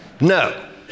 No